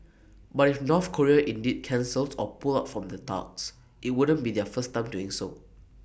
but if North Korea indeed cancels or pull out from the talks IT wouldn't be their first time doing so